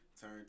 turn